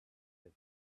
live